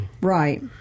right